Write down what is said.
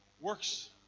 works